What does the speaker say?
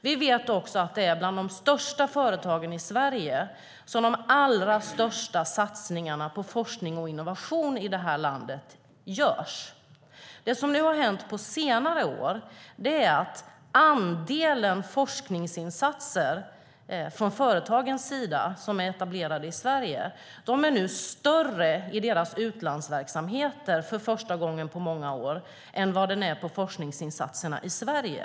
Vi vet att det är bland de största företagen i Sverige som de allra största satsningarna på forskning och innovation i det här landet görs. Det som har hänt på senare år är att andelen forskningsinsatser från företag som är etablerade i Sverige nu för första gången på många år är större i sin utlandsverksamhet än i forskningsverksamheten i Sverige.